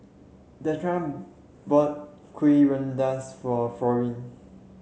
Deidra bought Kuih Rengas for Florene